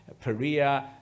Perea